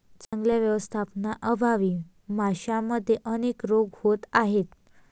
चांगल्या व्यवस्थापनाअभावी माशांमध्ये अनेक रोग होत आहेत